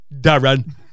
Darren